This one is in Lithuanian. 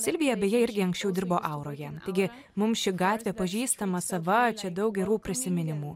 silvija beje irgi anksčiau dirbo auroje taigi mums ši gatvė pažįstama sava čia daug gerų prisiminimų